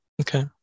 Okay